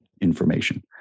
information